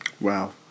Wow